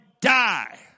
die